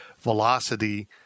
velocity